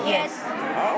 Yes